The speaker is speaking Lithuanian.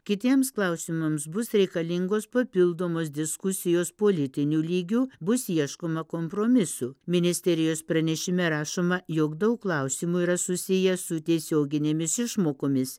kitiems klausimams bus reikalingos papildomos diskusijos politiniu lygiu bus ieškoma kompromisų ministerijos pranešime rašoma jog daug klausimų yra susiję su tiesioginėmis išmokomis